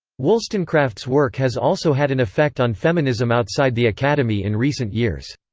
wollstonecraft's work has also had an effect on feminism outside the academy in recent years.